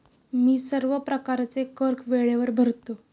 मी सर्व प्रकारचे कर वेळेवर भरतो